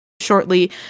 shortly